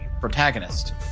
protagonist